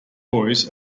boys